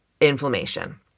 inflammation